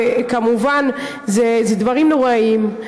וכמובן זה דברים נוראים,